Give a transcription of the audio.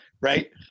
right